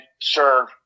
serve